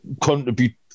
contribute